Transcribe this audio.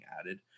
added